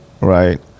right